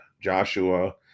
Joshua